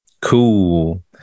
Cool